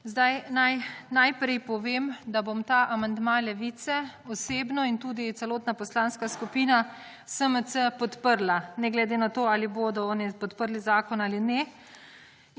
naj najprej povem, da bom ta amandma Levice osebno in tudi celotna Poslanska skupina SMC podprla ne glede na to ali bodo oni podprli zakon ali ne.